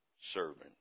servant